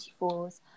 24s